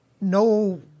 no